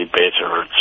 better